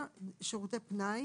לגבי פרק ו'.